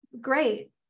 great